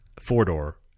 four-door